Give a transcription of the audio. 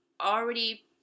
already